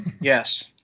Yes